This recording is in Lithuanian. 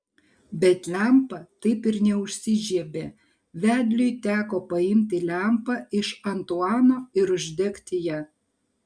bet lempa taip ir neužsižiebė vedliui teko paimti lempą iš antuano ir uždegti ją